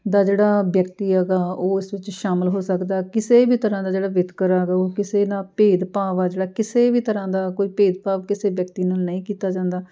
ਦਾ ਜਿਹੜਾ ਵਿਅਕਤੀ ਹੈਗਾ ਉਹ ਇਸ ਵਿੱਚ ਸ਼ਾਮਿਲ ਹੋ ਸਕਦਾ ਕਿਸੇ ਵੀ ਤਰ੍ਹਾਂ ਦਾ ਜਿਹੜਾ ਵਿਤਕਰਾ ਹੈਗਾ ਉਹ ਕਿਸੇ ਨਾਲ ਭੇਦਭਾਵ ਆ ਜਿਹੜਾ ਕਿਸੇ ਵੀ ਤਰ੍ਹਾਂ ਦਾ ਕੋਈ ਭੇਦਭਾਵ ਕਿਸੇ ਵਿਅਕਤੀ ਨਾਲ ਨਹੀਂ ਕੀਤਾ ਜਾਂਦਾ